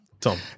Tom